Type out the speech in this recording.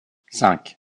cinq